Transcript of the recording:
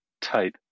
type